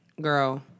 Girl